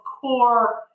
core